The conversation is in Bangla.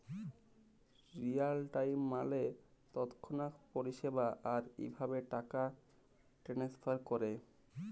রিয়াল টাইম মালে তৎক্ষণাৎ পরিষেবা, আর ইভাবে টাকা টেনেসফার ক্যরে